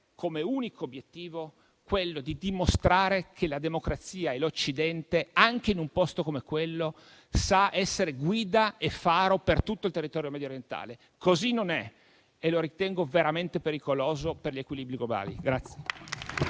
come unico obiettivo dimostrare che la democrazia e l'Occidente, anche in un posto come quello, sanno essere guida e faro per tutto il territorio mediorientale. Così non è e lo ritengo veramente pericoloso per gli equilibri globali.